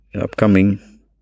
upcoming